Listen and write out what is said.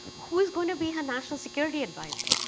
who is going to be her national security advisor?